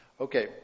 Okay